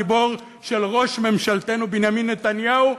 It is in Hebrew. גיבור של ראש ממשלתנו בנימין נתניהו,